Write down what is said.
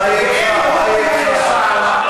מה יהיה, אדוני היושב-ראש?